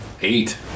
eight